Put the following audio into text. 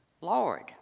Lord